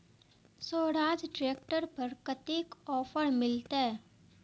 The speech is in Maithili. स्वराज ट्रैक्टर पर कतेक ऑफर मिलते?